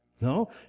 No